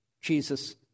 Jesus